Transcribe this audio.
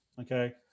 Okay